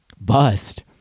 Bust